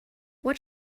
what